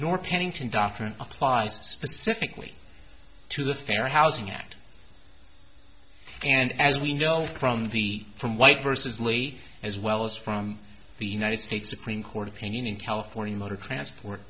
your pennington doctrine applies specifically to the fair housing act and as we know from the from white versus lee as well as from the united states supreme court opinion in california motor transport